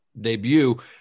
debut